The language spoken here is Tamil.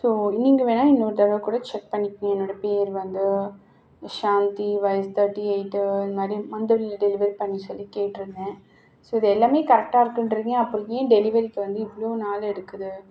ஸோ நீங்கள் வேணாலும் இன்னொரு தடவைக்கூட செக் பண்ணிக்கீங்க என்னோடய பேர் வந்து ஷாந்தி வயது தேர்ட்டி எய்ட்டு இந்தமாதிரி மந்தவெளியில் டெலிவெரி பண்ண சொல்லி கேட்டிருந்தேன் ஸோ இது எல்லாமே கரெக்டாக இருக்கின்றிங்க அப்புறம் இது ஏன் டெலிவெரிக்கு வந்து இவ்வளோ நாள் எடுக்குது